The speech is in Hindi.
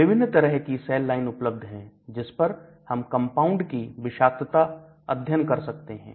विभिन्न तरह की सेल लाइन उपलब्ध है जिस पर हम कंपाउंड की विषाक्तता अध्ययन कर सकते हैं